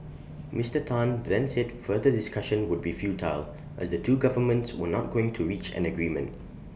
Mister Tan then said further discussion would be futile as the two governments were not going to reach an agreement